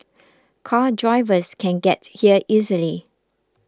car drivers can get here easily